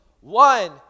One